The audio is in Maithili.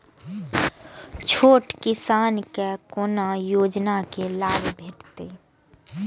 छोट किसान के कोना योजना के लाभ भेटते?